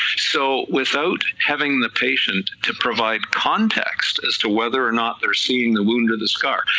so without having the patient to provide context, as to whether or not they're seeing the wound or the scar,